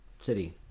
city